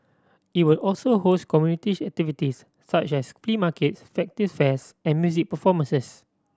it will also host community activities such as flea markets festive fairs and music performances